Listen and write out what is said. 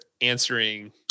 answering